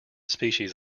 species